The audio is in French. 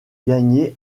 gagner